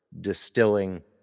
distilling